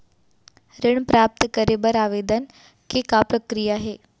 ऋण प्राप्त करे बर आवेदन के का प्रक्रिया हे?